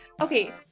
okay